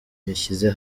bashyize